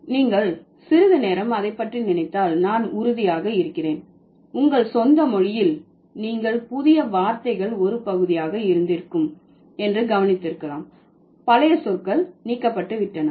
நீங்கள் சிறிது நேரம் அதை பற்றி நினைத்தால் நான் உறுதியாக இருக்கிறேன் உங்கள் சொந்த மொழியில் நீங்கள் புதிய வார்த்தைகள் ஒரு பகுதியாக இருந்திருக்கும் என்று கவனித்திருக்கலாம் பழைய சொற்கள் நீக்கப்பட்டு விட்டன